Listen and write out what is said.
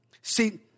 see